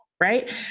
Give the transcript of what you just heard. Right